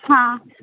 हा